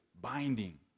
binding